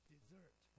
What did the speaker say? Dessert